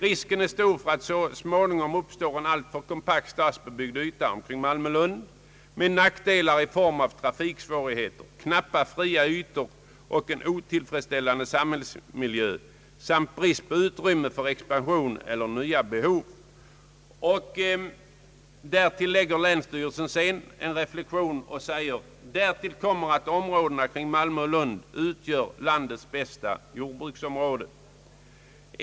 Risken är stor för att det så småningom uppstår en alltför kompakt stadsbebyggd yta omkring Malmö/Lund med nackdelar i form av trafiksvårigheter, knappa fria ytor och en otillfredsställande samhällsmiljö samt brist på utrymme för expansion eller nya behov. Därtill kommer att områdena kring Malmö och Lund utgör landets bästa jordbruksområden».